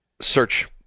search